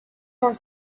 more